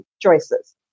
choices